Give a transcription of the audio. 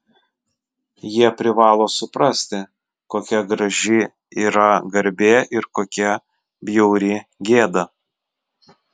jie privalo suprasti kokia graži yra garbė ir kokia bjauri gėda